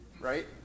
right